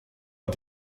are